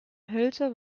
hölzer